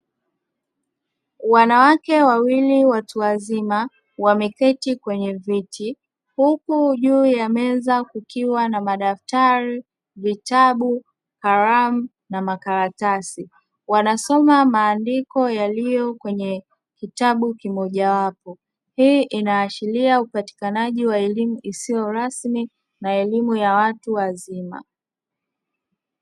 Wanawake wawili watu wazima wameketi kwenye viti, huku juu ya meza kukiwa na: madaftari, vitabu, kalamu na makaratasi. Wanasoma maandiko yaliyo kwenye kitabu kimojawapo. Hii inaashiria upatikanaji wa elimu isiyo rasmi na elimu ya watu wazima.